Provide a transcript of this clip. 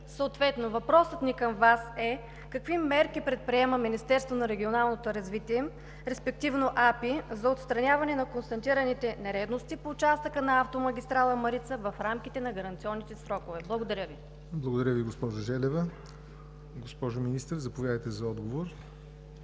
Съответно въпросът ми към Вас е: какви мерки предприема Министерството на регионалното развитие, респективно АПИ, за отстраняване на констатираните нередности в участъка на автомагистрала „Марица“ в рамките на гаранционните срокове? Благодаря Ви. ПРЕДСЕДАТЕЛ ЯВОР НОТЕВ: Благодаря Ви, госпожо Желева. Госпожо Министър, заповядайте за отговор